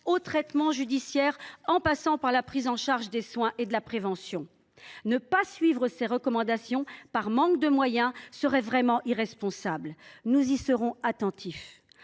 au traitement judiciaire, en passant par la prise en charge des soins et de la prévention. Ne pas suivre ses recommandations, faute de moyens, serait réellement irresponsable. Nous serons donc attentifs